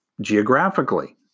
Geographically